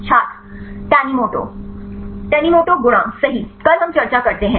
छात्र tanimoto Tanimoto गुणांक सही कल हम चर्चा करते हैं